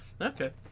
Okay